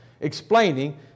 explaining